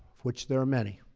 which there are many.